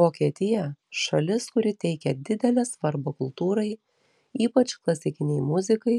vokietija šalis kuri teikia didelę svarbą kultūrai ypač klasikinei muzikai